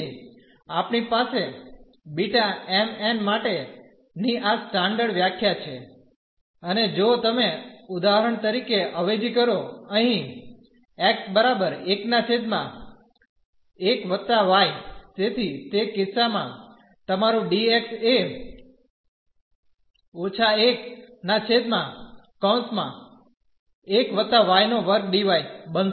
તેથી આપણી પાસે B m n માટે ની આ સ્ટાનડર્ડ વ્યાખ્યા છે અને જો તમે ઉદાહરણ તરીકે અવેજી કરો અહીં તેથી તે કિસ્સામાં તમારું dx એ બનશે